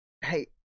Hey